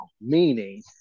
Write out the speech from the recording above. meaning